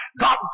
God